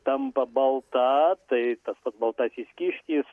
tampa balta tai tas baltasis kiškis